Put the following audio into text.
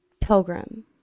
pilgrim